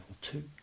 two